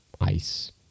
ice